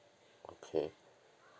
okay